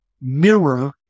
Mirror